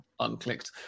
unclicked